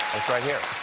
that's right here.